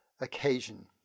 occasion